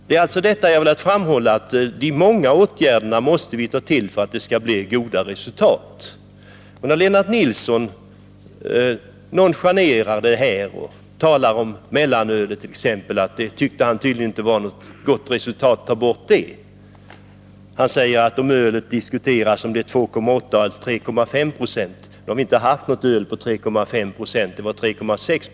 Jag har alltså velat framhålla att vi måste ta till de många åtgärderna för att det skall bli goda resultat. Lennart Nilsson nonchalerar detta och talar om mellanölet t.ex. Han tyckte tydligen inte att det gav något gott resultat att ta bort mellanölet. Han säger att man diskuterade om ölet skulle ha 2,8 eller 3,5 90 alkoholhalt. Nu har vi inte haft något öl med 3,5 20 alkoholhalt — det var 3,6 Zo.